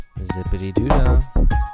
Zippity-doo-dah